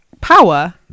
power